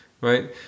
right